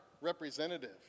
representative